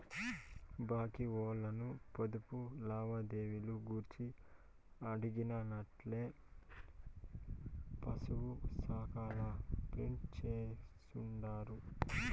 బాంకీ ఓల్లను పొదుపు లావాదేవీలు గూర్చి అడిగినానంటే పాసుపుస్తాకాల ప్రింట్ జేస్తుండారు